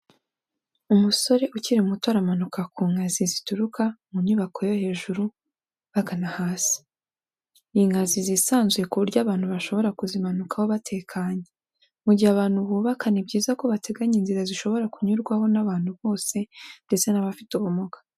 Umusore ukiri muto aramanuka ku ngazi zituruka mu nyubako yo hejuru bagana hasi, ni ingazi zisanzuye ku buryo abantu bashobora kuzimanukaho batekanye. Mu gihe abantu bubaka ni byiza ko bateganya inzira zishobora kunyurwaho n'abantu bose ndetse n'abafite ubumuga.